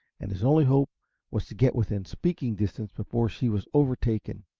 and his only hope was to get within speaking distance before she was overtaken.